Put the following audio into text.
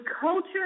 culture